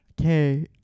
okay